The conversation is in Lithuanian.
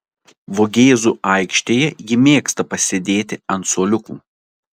vogėzų aikštėje ji mėgsta pasėdėti ant suoliukų